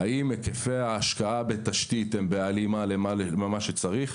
האם היקפי ההשקעה בתשתית הם בהלימה למה שצריך?